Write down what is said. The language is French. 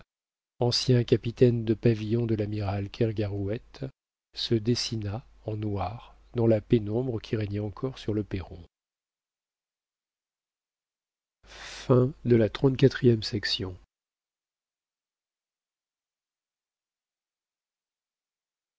ancien capitaine de pavillon de l'amiral kergarouët se dessina en noir dans la pénombre qui régnait encore sur le perron